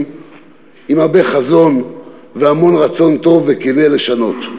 עם הרבה חזון והמון רצון טוב וכן לשנות.